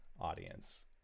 audience